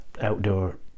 outdoor